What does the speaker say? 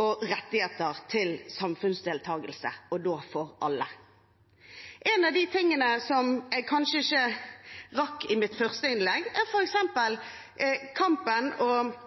og rettigheter til samfunnsdeltakelse – og da for alle. Noe av det jeg ikke rakk i mitt første innlegg, var å si noe om kampen for og